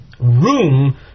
room